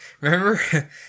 Remember